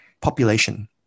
population